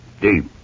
Deep